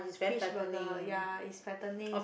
fish burger ya it's fattening